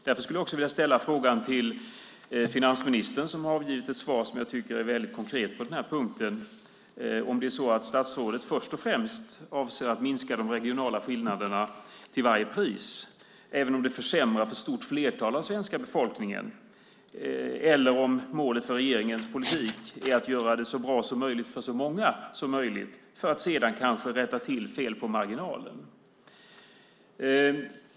Därför skulle jag också vilja ställa frågan till finansministern, som har avgivit ett svar som jag tycker är väldigt konkret på den här punkten, om det är så att finansministern först och främst avser att minska de regionala skillnaderna till varje pris, även om det försämrar för det stora flertalet av den svenska befolkningen, eller om målet för regeringens politik är att göra det så bra som möjligt för så många som möjligt för att sedan kanske rätta till fel på marginalen.